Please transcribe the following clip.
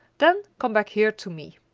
then come back here to me.